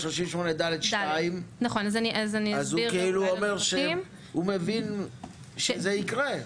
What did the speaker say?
סעיף 38(ד)(2) אומר שזה יקרה,